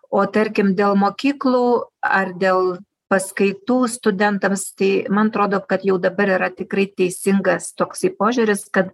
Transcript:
o tarkim dėl mokyklų ar dėl paskaitų studentams tai man atrodo kad jau dabar yra tikrai teisingas toksai požiūris kad